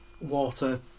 water